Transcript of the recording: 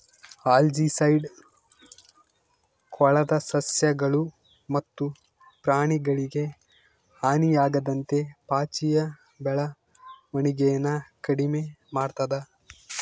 algicide ಕೊಳದ ಸಸ್ಯಗಳು ಮತ್ತು ಪ್ರಾಣಿಗಳಿಗೆ ಹಾನಿಯಾಗದಂತೆ ಪಾಚಿಯ ಬೆಳವಣಿಗೆನ ಕಡಿಮೆ ಮಾಡ್ತದ